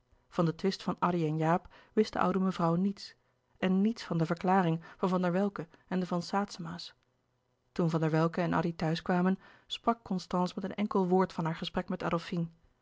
van den twist van addy en jaap wist de oude mevrouw niets en niets van de verklaring van van der welcke en de van saetzema's toen van der welcke en addy thuis kwamen sprak constance met een enkel woord van haar gesprek met